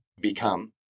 become